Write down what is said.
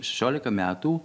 šešiolika metų